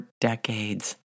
decades